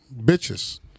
bitches